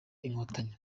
inkotanyi